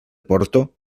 porto